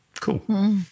cool